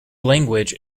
language